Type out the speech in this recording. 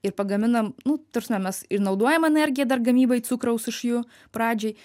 ir pagaminam nu ta prasme mes ir naudojam energiją dar gamybai cukraus iš jų pradžioj